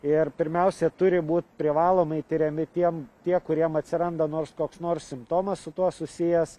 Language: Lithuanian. ir pirmiausia turi būt privalomai tiriami tiem tie kuriem atsiranda nors koks nors simptomas su tuo susijęs